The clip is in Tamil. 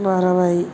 பறவை